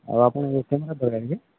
ଆଉ ଆପଣଙ୍କର କ୍ୟାମେରା ଦରକାର କି